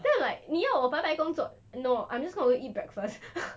then like 你要我白白工作 no I'm just going to go eat breakfast